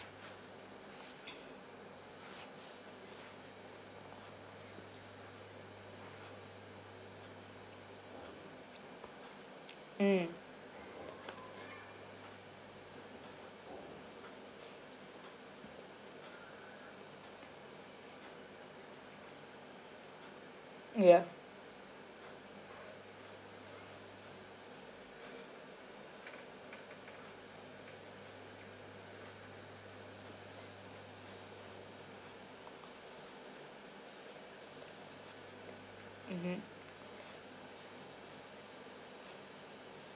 mm yeah mmhmm